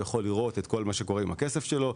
בו הוא יכול לראות את כל מה שקורה עם הכסף שלו,